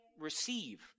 receive